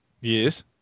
Yes